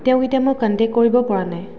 তেওঁক এতিয়া মই কণ্টেক্ট কৰিব পৰা নাই